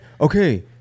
okay